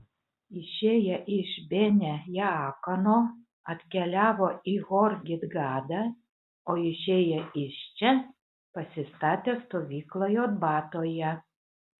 išėję iš bene jaakano atkeliavo į hor gidgadą o išėję iš čia pasistatė stovyklą jotbatoje